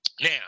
Now